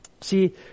See